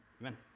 Amen